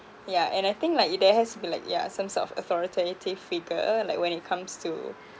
yeah and I think like it there has to be like yeah some sort of authoritative figure like when it comes to